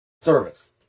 Service